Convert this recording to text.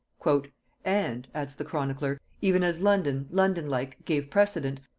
and, adds the chronicler, even as london, london like, gave precedent,